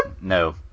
No